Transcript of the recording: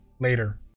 Later